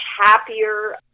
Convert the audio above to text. happier